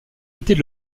était